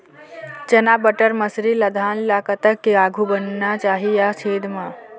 चना बटर मसरी ला धान ला कतक के आघु बुनना चाही या छेद मां?